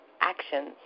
Actions